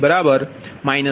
936 degree છે